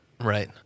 Right